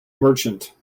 merchant